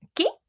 Okay